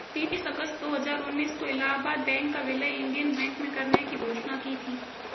तीस अगस्त दो हजार उन्नीस को इलाहबाद बैंक का विलय इंडियन बैंक में करने की घोषणा की थी